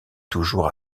toujours